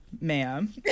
ma'am